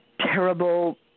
terrible